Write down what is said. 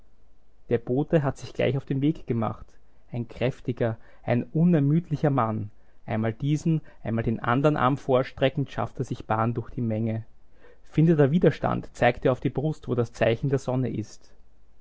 der bote hat sich gleich auf den weg gemacht ein kräftiger ein unermüdlicher mann einmal diesen einmal den andern arm vorstreckend schafft er sich bahn durch die menge findet er widerstand zeigt er auf die brust wo das zeichen der sonne ist